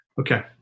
Okay